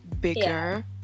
bigger